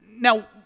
Now